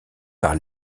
par